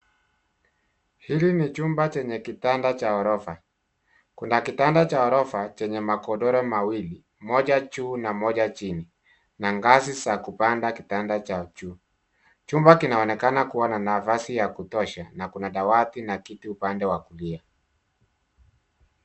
Hiki ni chumba chenye kitanda cha ghorofa, kuna kitanda cha ghorofa chenye magodoro mawili, moja juu na moja chini, na ngazi za kupanda kitanda cha juu. Chumba kinaonekana kuwa na nafasi ya kutosha, na kuna dawati na kiti upande wa kulia.